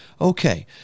Okay